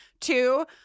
Two